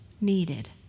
needed